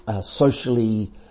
socially